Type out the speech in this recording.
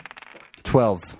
Twelve